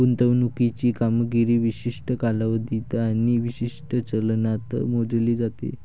गुंतवणुकीची कामगिरी विशिष्ट कालावधीत आणि विशिष्ट चलनात मोजली जाते